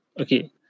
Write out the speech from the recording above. okay